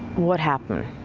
what happens.